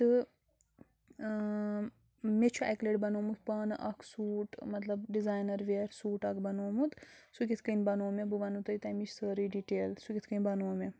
تہٕ مےٚ چھُ اَکہِ لَٹہِ بَنومُت پانہٕ اَکھ سوٗٹ مطلب ڈِزاینَر وِیَر سوٗٹ اَکھ بنومُت سُہ کِتھ کَنۍ بنوو مےٛ بہٕ وَنو تۄہہِ تَمِچ سٲرٕے ڈِٹیل سُہ کِتھ کَنۍ بنوو مےٚ